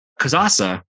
Kazasa